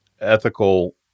ethical